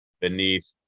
beneath